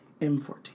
M14